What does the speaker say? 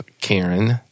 Karen